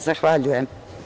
Zahvaljujem.